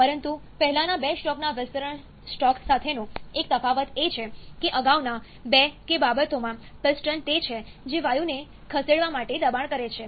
પરંતુ પહેલાના બે સ્ટ્રોકના વિસ્તરણ સ્ટ્રોક સાથેનો એક તફાવત એ છે કે અગાઉના બે કે બાબતોમાં પિસ્ટન તે છે જે વાયુને ખસેડવા માટે દબાણ કરે છે